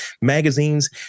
magazines